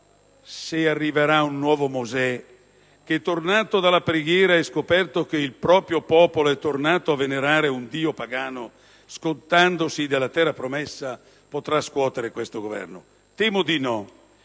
se arriverà un nuovo Mosè capace, tornato dalla preghiera e scoperto che il proprio popolo è tornato a venerare un Dio pagano scordandosi della terra promessa, di scuotere il Governo. Temo di no,